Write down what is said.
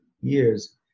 years